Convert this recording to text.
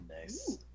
Nice